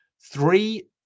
three